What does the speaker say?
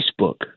Facebook